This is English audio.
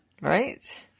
right